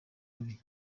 rubi